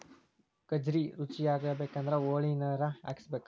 ಗಜ್ರಿ ರುಚಿಯಾಗಬೇಕಂದ್ರ ಹೊಳಿನೇರ ಹಾಸಬೇಕ